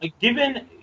given